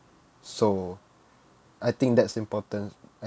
so I think that's important